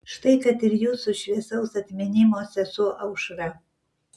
štai kad ir jūsų šviesaus atminimo sesuo aušra